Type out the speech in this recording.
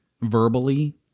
verbally